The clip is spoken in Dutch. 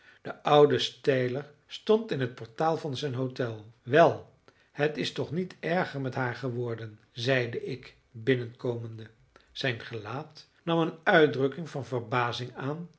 de oude steiler stond in het portaal van zijn hotel wel het is toch niet erger met haar geworden zeide ik binnenkomende zijn gelaat nam een uitdrukking van verbazing aan